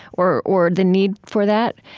or or the need for that.